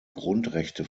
grundrechte